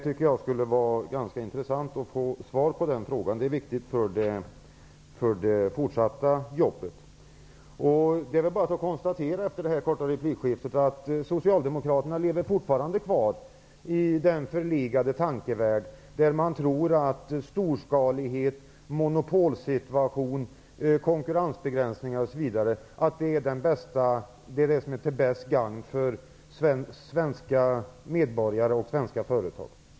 Det skulle vara intressant att få svar på den frågan. Det är viktigt för det fortsatta arbetet. Det är väl efter detta korta replikskifte bara att konstatera att Socialdemokraterna fortfarande lever kvar i den förlegade tankevärld där man tror att storskalighet, monopolsituation, konkurrensbegränsningar osv. är det som mest är till gagn för svenska företag.